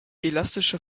elastische